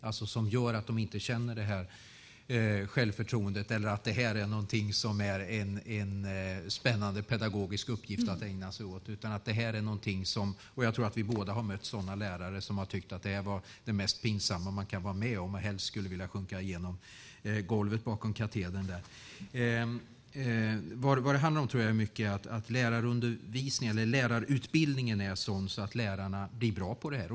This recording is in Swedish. Det gör att de inte känner självförtroende eller att detta är en spännande pedagogisk uppgift att ägna sig åt utan tycker att detta är det mest pinsamma man kan vara med om och helst skulle vilja sjunka igenom golvet bakom katedern - jag tror att vi båda har mött sådana lärare. Jag tror att det mycket gäller att lärarutbildningen ska vara sådan att lärarna blir bra på detta.